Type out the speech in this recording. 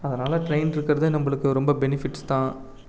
அதனால ட்ரெயின் இருக்கிறது நம்மளுக்கு ரொம்ப பெனிஃபிட்ஸ் தான்